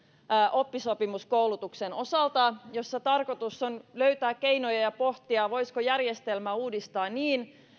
oppisopimuskoulutuksen kohdalla jossa tarkoitus on löytää keinoja ja pohtia voisiko järjestelmää uudistaa niin